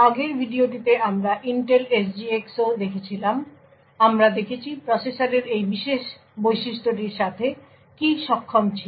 আগের ভিডিওতে আমরা ইন্টেল SGX ও দেখেছিলাম আমরা দেখেছি প্রসেসরের এই বিশেষ বৈশিষ্ট্যটির সাথে কী সক্ষম ছিল